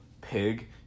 pig